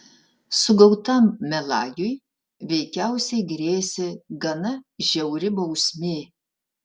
sugautam melagiui veikiausiai grėsė gana žiauri bausmė